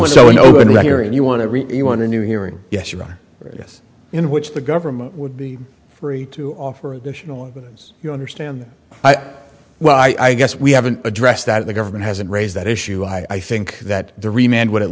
here and you want to you want a new hearing yes you are various in which the government would be free to offer additional evidence you understand well i guess we haven't addressed that the government hasn't raised that issue i think that the remained would at